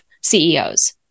CEOs